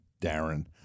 Darren